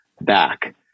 back